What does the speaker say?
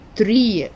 three